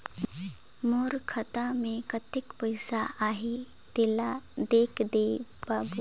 मोर खाता मे कतेक पइसा आहाय तेला देख दे बाबु?